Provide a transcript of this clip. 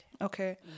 Okay